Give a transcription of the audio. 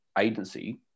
agency